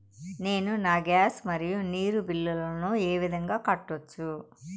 నేను నా గ్యాస్, మరియు నీరు బిల్లులను ఏ విధంగా కట్టొచ్చు?